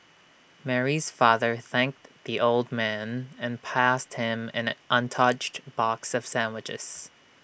Mary's father thanked the old man and passed him an untouched box of sandwiches